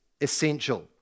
essential